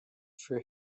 für